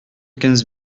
quinze